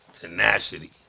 Tenacity